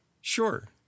Sure